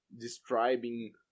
describing